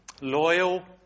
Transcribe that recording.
Loyal